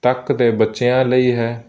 ਤੱਕ ਦੇ ਬੱਚਿਆਂ ਲਈ ਹੈ